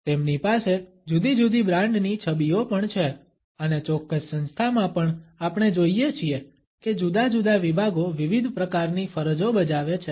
તેમની પાસે જુદી જુદી બ્રાન્ડની છબીઓ પણ છે અને ચોક્કસ સંસ્થામાં પણ આપણે જોઈએ છીએ કે જુદા જુદા વિભાગો વિવિધ પ્રકારની ફરજો બજાવે છે